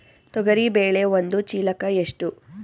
ತೊಗರಿ ಬೇಳೆ ಒಂದು ಚೀಲಕ ಎಷ್ಟು?